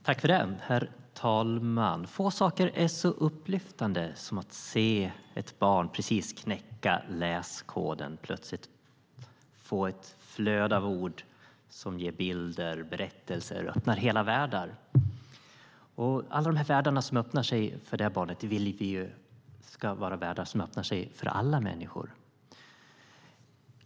Herr talman! Få saker är så upplyftande som att se ett barn knäcka läskoden och plötsligt få ett flöde av ord som ger bilder och berättelser - ja, öppnar hela världar. Alla de världar som öppnar sig för just det barnet vill vi ju ska kunna öppna sig för alla människor.